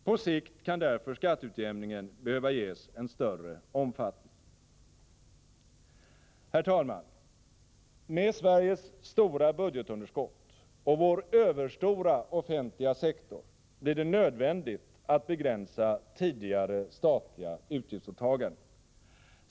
På sikt kan därför skatteutjämningen behöva ges en större omfattning. Herr talman! Med Sveriges stora budgetunderskott och vår överstora offentliga sektor blir det nödvändigt att begränsa tidigare statliga utgiftsåtaganden.